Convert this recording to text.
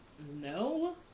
No